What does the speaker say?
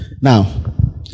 Now